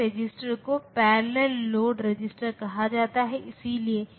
तो अन्य गेट्स इसी तरह आप XNOR गेट हो सकते हैं जहाँ XOR गेट आउटपुट आप एक बबल लेते हैं